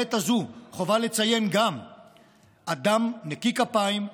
ובעת הזאת חובה גם לציין, אדם נקי כפיים,